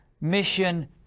mission